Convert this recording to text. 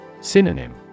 Synonym